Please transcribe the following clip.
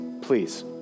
please